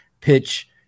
pitch